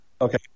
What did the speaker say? Okay